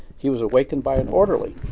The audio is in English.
he was awakened by an orderly.